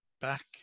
back